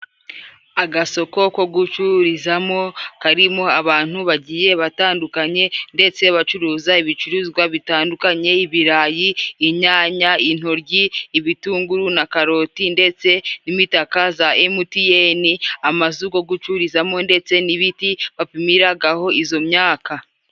Agasoko ko gucururizamo karimo abantu bagiye batandukanye, ndetse bacuruza ibicuruzwa bitandukanye. Ibirayi, inyanya, intoryi, ibitunguru na karoti, ndetse n'imitaka za emutiyeni, amazu go gucururizamo ndetse n'ibiti bapimiragaho izo myaka.